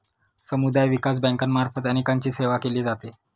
समुदाय विकास बँकांमार्फत अनेकांची सेवा केली जाते